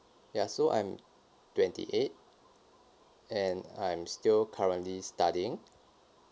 ya so I'm twenty eight and I'm still currently studying